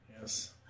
Yes